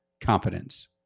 competence